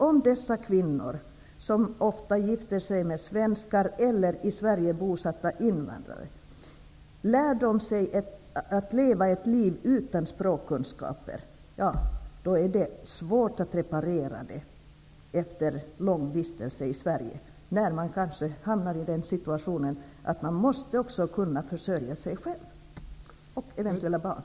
Om dessa kvinnor gifter sig med svenskar eller i Sverige bosatta invandrare -- och så är ofta fallet -- lär de sig nämligen att leva ett liv utan språkkunskaper. Det innebär att det blir svårt att reparera skadan om de har vistats länge i Sverige. De här kvinnorna kan ju hamna i den situationen att de måste kunna försörja sig själva och eventuella barn.